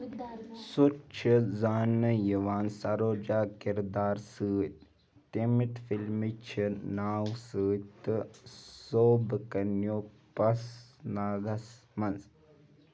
سُہ چھ زاننہٕ یِوان سَروجا کردارد سۭتۍ تمِت فِلمہِ چھِ ناو ستۍ، تہٕ سوبکنیو پَسناگس منٛز